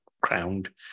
crowned